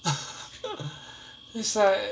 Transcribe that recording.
it's like